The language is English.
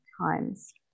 times